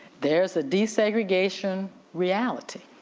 there's a desegregation reality.